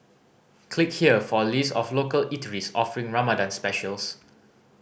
click here for a list of local eateries offering Ramadan specials